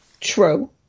True